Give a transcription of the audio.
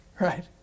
right